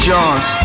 Johns